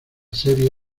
serie